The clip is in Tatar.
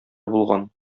булган